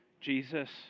Jesus